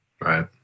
Right